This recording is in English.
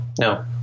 no